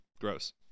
Gross